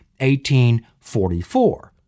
1844